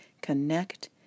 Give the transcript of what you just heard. connect